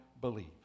believe